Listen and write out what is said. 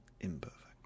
imperfect